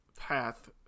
path